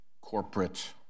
corporate